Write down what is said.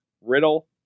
Riddle